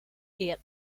eight